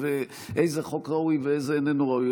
ואיזה חוק ראוי ואיזה איננו ראוי,